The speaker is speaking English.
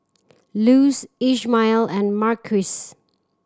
Luz Ishmael and Marquise